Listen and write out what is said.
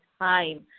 time